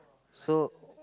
so